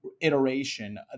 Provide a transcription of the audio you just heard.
iteration